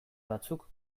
batzuk